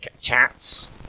Chats